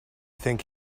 think